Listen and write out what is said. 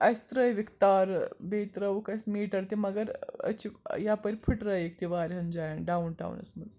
اسہِ ترٛٲوِکھ تارٕ بیٚیہِ ترٛٲوُکھ اسہِ میٖٹر تہِ مگر أسۍ چھِ یَپٲرۍ پھٕٹرٲیِکھ تہِ واریاہَن جایَن ڈاوُن ٹاونَس منٛز